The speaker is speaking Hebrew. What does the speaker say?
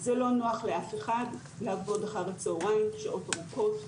זה לא נוח לאף אחד לעבוד אחר הצהריים שעות ארוכות,